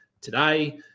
today